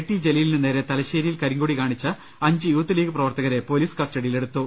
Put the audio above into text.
T ജലീലിനു നേരെ തലശേരിയിൽ കരിങ്കൊടി കാണിച്ച അഞ്ച് യൂത്ത് ലീഗ് പ്രവർത്തകരെ പൊലീസ് കസ്റ്റഡിയിലെടുത്തു